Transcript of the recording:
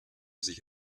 sich